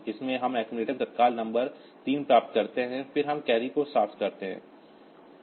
इसलिए हम अक्सुमुलेटर में तत्काल नंबर 3 प्राप्त करते हैं फिर हम कैरी को साफ करते हैं